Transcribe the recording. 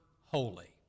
holy